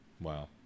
Wow